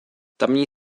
tamní